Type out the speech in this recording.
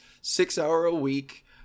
six-hour-a-week